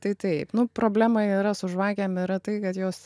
tai taip nu problema yra su žvakėm yra tai kad jos